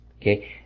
Okay